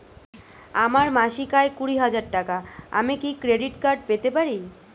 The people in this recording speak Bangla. আমার মাসিক আয় কুড়ি হাজার টাকা আমি কি ক্রেডিট কার্ড পেতে পারি?